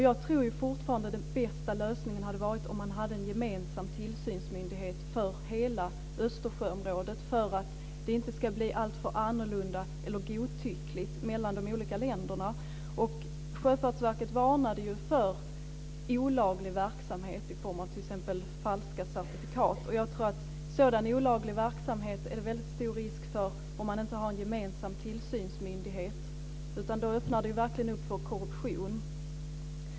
Jag tror ju fortfarande att den bästa lösningen hade varit att ha en gemensam tillsynsmyndighet för hela Östersjöområdet för att det inte ska bli alltför annorlunda eller godtyckligt mellan de olika länderna. Sjöfartsverket varnade ju för olaglig verksamhet i form av t.ex. falska certifikat. Jag tror att det är väldigt stor risk för sådan olaglig verksamhet om man inte har en gemensam tillsynsmyndighet. Då öppnar det verkligen upp för korruption.